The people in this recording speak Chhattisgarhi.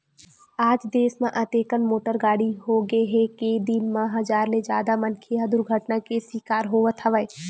आज देस म अतेकन मोटर गाड़ी होगे हे के दिन म हजार ले जादा मनखे ह दुरघटना के सिकार होवत हवय